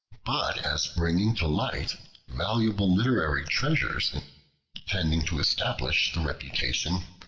but as bringing to light valuable literary treasures tending to establish the reputation,